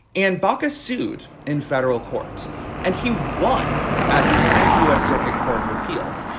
and baucus sued in federal court and he won at the tenth u s. circuit court of appeals.